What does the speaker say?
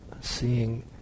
seeing